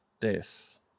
death